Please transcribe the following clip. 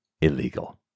illegal